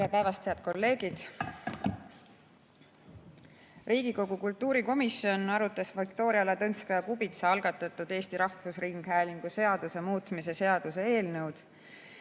Tere päevast, head kolleegid! Riigikogu kultuurikomisjon arutas Viktoria Ladõnskaja-Kubitsa algatatud Eesti Rahvusringhäälingu seaduse muutmise seaduse eelnõu